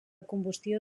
combustió